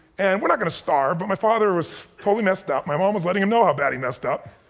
and we're not gonna starve but my father was totally messed up, my mom was letting him know how bad he messed up,